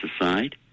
aside